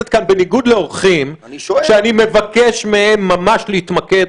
בניגוד לאורחים שאני מבקש מהם ממש להתמקד,